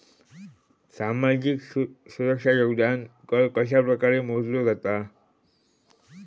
सामाजिक सुरक्षा योगदान कर कशाप्रकारे मोजलो जाता